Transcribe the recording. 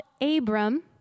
Abram